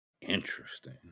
Interesting